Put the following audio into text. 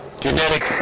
Genetic